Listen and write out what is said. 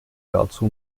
dazu